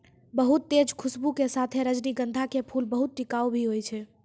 बहुत तेज खूशबू के साथॅ रजनीगंधा के फूल बहुत टिकाऊ भी हौय छै